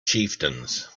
chieftains